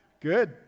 good